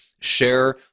Share